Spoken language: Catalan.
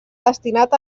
destinat